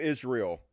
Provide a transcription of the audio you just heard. Israel